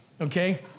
okay